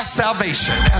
salvation